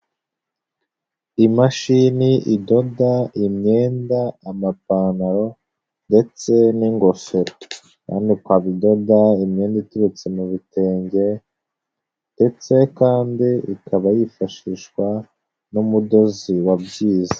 Imashini idoda imyenda, amapantaro ndetse n'ingofero, kandi ikaba idoda imyenda iturutse mu bitenge, ndetse kandi ikaba yifashishwa n'umudozi wabyize.